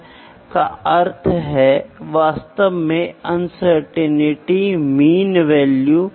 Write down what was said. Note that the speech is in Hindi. तो आप देख सकते हैं आप इसे लिंक कर सकते हैं सात चर को एक दूसरे के साथ फिर से जोड़ा जा सकता है और फिर आपको यह क्षेत्र मिलिमीटर × मिलीमीटर में किया जाता है